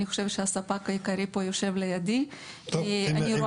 הספק העיקרי יושב פה לידי, ער"ן.